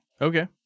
Okay